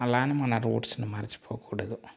అలా అని మన రూట్స్ని మర్చిపోకూడదు